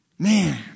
Man